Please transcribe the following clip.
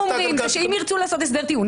אומרים זה שאם ירצו לעשות הסדר טיעון,